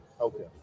Okay